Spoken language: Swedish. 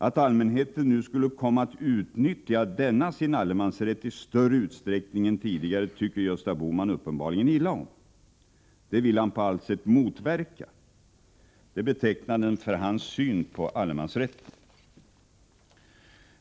Att allmänheten nu skulle komma att utnyttja denna sin allemansrätt i större utsträckning än tidigare tycker Gösta Bohman uppenbarligen illa om. Det vill han på allt sätt motverka. Det är betecknande för hans syn på allemansrätten.